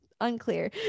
Unclear